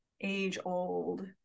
age-old